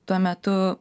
tuo metu